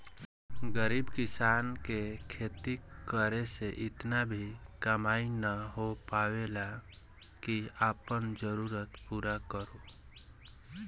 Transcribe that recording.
गरीब किसान के खेती करे से इतना भी कमाई ना हो पावेला की आपन जरूरत पूरा करो